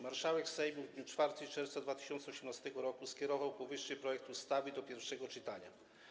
Marszałek Sejmu w dniu 4 czerwca 2018 r. skierował powyższy projekt ustawy do pierwszego czytania.